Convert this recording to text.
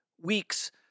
weeks